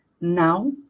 now